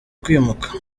kwimuka